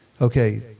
Okay